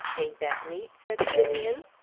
ain't that neat? said simeon.